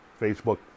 Facebook